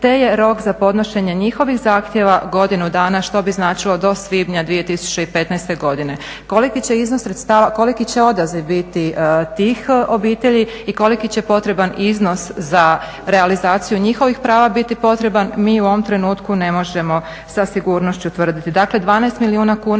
te je rok za podnošenje njihovih zahtjeva godinu dana, što bi značilo do svibnja 2015. godine. Koliki će odaziv biti tih obitelji i koliki će potreban iznos za realizaciju njihovih prava biti potreban mi u ovom trenutku ne možemo sa sigurnošću tvrditi.